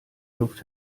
luft